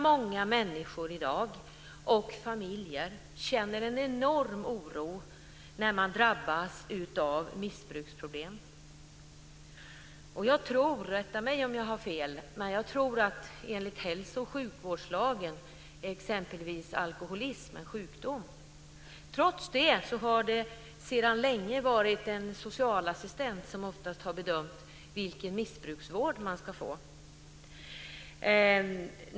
Många människor och familjer känner i dag en enorm oro när man drabbas av missbruksproblem. Jag tror - rätta mig om jag har fel - att enligt hälso och sjukvårdslagen är exempelvis alkoholism en sjukdom. Trots det har det sedan länge varit en socialassistent som oftast har bedömt vilken missbruksvård man ska få.